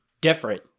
different